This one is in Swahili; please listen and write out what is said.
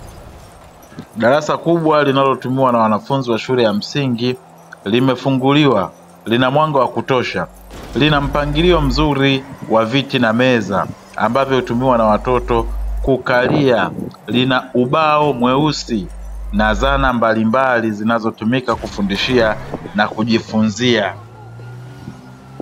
Darasa kubwa linalotumiwa na wanafunzi wa shule la msingi, limefunguliwa lina mwanga wa kutosha linampangilio mzuri wa viti na meza ambavyo hutumiwa na watoto kukalia. Lina ubao mweusi na zana mbali mbali zinazotumika kufundishia na kujifunzia